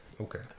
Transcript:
okay